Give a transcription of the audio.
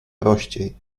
prościej